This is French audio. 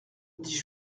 dit